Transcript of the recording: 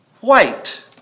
white